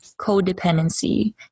codependency